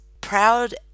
proud